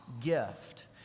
gift